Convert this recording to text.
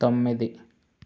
తొమ్మిది